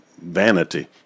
vanity